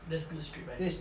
that's good script writing